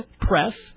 Press